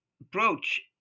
approach